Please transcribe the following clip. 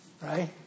Right